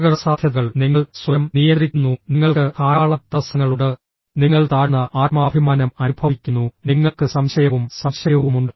അപകടസാധ്യതകൾ നിങ്ങൾ സ്വയം നിയന്ത്രിക്കുന്നു നിങ്ങൾക്ക് ധാരാളം തടസ്സങ്ങളുണ്ട് നിങ്ങൾ താഴ്ന്ന ആത്മാഭിമാനം അനുഭവിക്കുന്നു നിങ്ങൾക്ക് സംശയവും സംശയവുമുണ്ട്